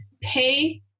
pay